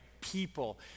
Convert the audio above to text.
people